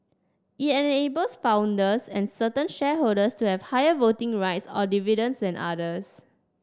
it enables founders and certain shareholders to have higher voting rights or dividends than others